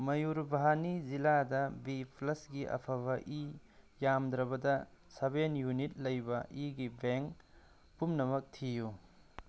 ꯃꯌꯨꯔꯚꯥꯅꯤ ꯖꯤꯜꯂꯥꯗ ꯕꯤ ꯄ꯭ꯂꯁꯒꯤ ꯑꯐꯕ ꯏꯤ ꯌꯥꯝꯗ꯭ꯔꯕꯗ ꯁꯕꯦꯟ ꯌꯨꯅꯤꯠ ꯂꯩꯕ ꯏꯤꯒꯤ ꯕꯦꯡ ꯄꯨꯝꯅꯃꯛ ꯊꯤꯌꯨ